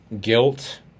guilt